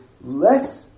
less